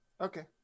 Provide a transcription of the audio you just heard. Okay